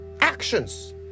actions